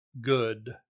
good